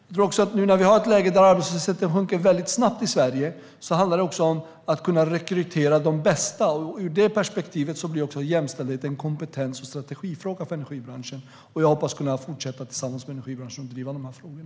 Nu när vi är i ett läge där arbetslösheten i Sverige sjunker väldigt snabbt tror jag att det också handlar om att kunna rekrytera de bästa, och i det perspektivet blir jämställdheten en kompetens och strategifråga för energibranschen. Jag hoppas kunna fortsätta driva de här frågorna tillsammans med energibranschen.